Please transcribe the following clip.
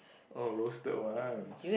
oh roasted ones